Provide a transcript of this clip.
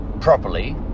properly